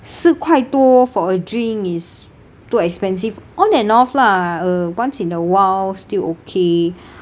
四块多 for a drink is too expensive on and off lah uh once in a while still okay